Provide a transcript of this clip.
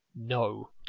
no